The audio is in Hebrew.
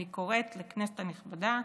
אני קוראת לכנסת הנכבדה